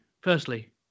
Firstly